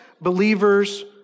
believers